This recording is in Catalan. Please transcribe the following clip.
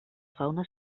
fauna